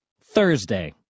Thursday